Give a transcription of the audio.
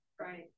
right